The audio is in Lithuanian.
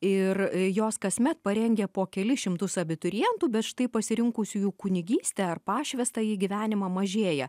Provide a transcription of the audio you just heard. ir jos kasmet parengia po kelis šimtus abiturientų bet štai pasirinkusiųjų kunigystę ar pašvęstąjį gyvenimą mažėja